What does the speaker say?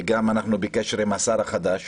אנחנו גם בקשר עם השר החדש,